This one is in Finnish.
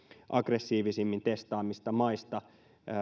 aggressiivisimmin testaavista maista